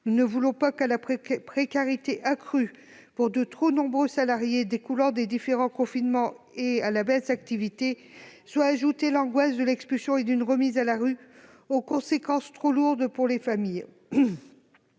Nous ne voulons pas qu'à la précarité accrue que subissent de trop nombreux salariés du fait des différents confinements et de la baisse d'activité s'ajoute l'angoisse d'une expulsion et d'une mise à la rue aux conséquences trop lourdes pour les familles.